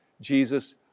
Jesus